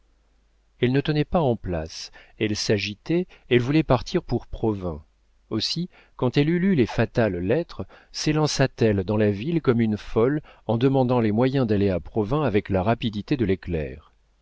elle ne tenait pas en place elle s'agitait elle voulait partir pour provins aussi quand elle eut lu les fatales lettres sélança t elle dans la ville comme une folle en demandant les moyens d'aller à provins avec la rapidité de l'éclair